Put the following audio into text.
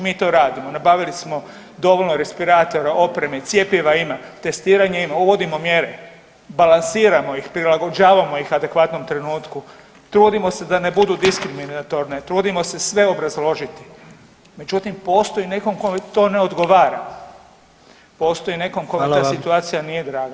Mi to radimo, nabavili smo dovoljno respiratora, opreme i cjepiva ima, testiranje ima, uvodimo mjere, balansiramo ih, prilagođavamo ih adekvatnom trenutku, trudimo se da ne budu diskriminatorne, trudimo se sve obrazložiti, međutim postoji netko kome to ne odgovara, postoji netko kome ta situacija [[Upadica: Hvala vam]] nije draga.